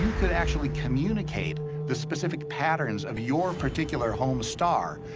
could actually communicate the specific patterns of your particular home star,